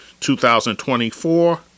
2024